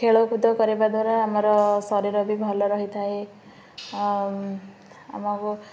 ଖେଳକୁଦ କରିବା ଦ୍ୱାରା ଆମର ଶରୀର ବି ଭଲ ରହିଥାଏ ଆମକୁ